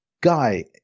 guy